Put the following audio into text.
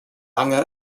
lange